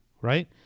right